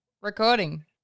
Recording